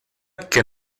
que